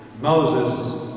Moses